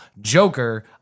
Joker